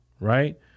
right